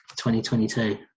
2022